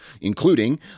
including